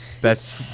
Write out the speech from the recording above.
Best